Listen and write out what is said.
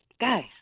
guys